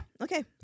Okay